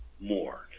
more